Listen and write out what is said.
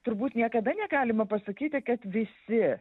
turbūt niekada negalima pasakyti kad visi